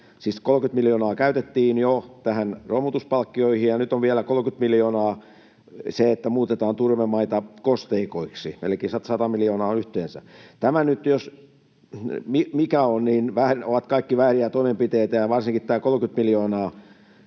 Siis 30 miljoonaa käytettiin jo romutuspalkkioihin, ja nyt on vielä 30 miljoonaa siihen, että muutetaan turvemaita kosteikoiksi, elikkä 100 miljoonaa yhteensä. Nämä nyt, jos mitkä, ovat kaikki vääriä toimenpiteitä, ja varsinkin tämä 30 miljoonaa.